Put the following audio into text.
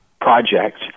project